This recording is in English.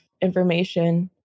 information